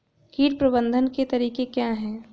कीट प्रबंधन के तरीके क्या हैं?